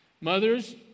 Mothers